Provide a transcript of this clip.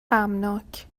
غمناک